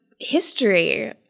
history